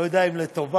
לא יודע אם לטובה,